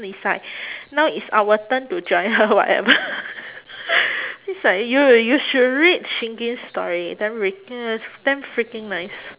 is like now is our turn to join her whatever it's like you you should read shingen's story damn freak~ uh damn freaking nice